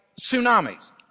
tsunamis